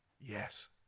Yes